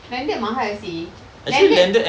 landed mahal seh landed